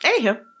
Anywho